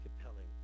compelling